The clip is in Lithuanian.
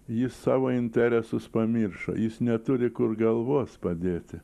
jis savo interesus pamiršo jis neturi kur galvos padėti